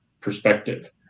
perspective